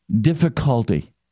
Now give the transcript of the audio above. difficulty